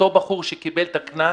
אותו בחור שקיבל את הקנס,